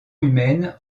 humaine